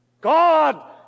God